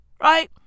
Right